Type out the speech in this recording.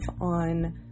on